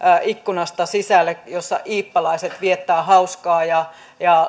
ikkunasta sisälle jossa iippalaiset viettävät hauskaa leikkivät ja